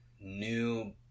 new